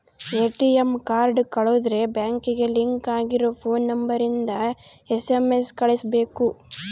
ATM card ಕಳುದ್ರೆ ಬ್ಯಾಂಕಿಗೆ link ಆಗಿರ ಫೋನ್ ನಂಬರ್ ಇಂದ ಎಸ್.ಎಮ್.ಎಸ್ ಕಳ್ಸ್ಬೆಕು